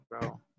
bro